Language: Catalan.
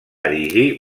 erigir